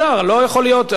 השר לא ידע?